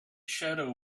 shadow